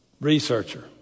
researcher